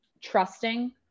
trusting